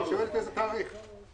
היא שואלת באיזה תאריך.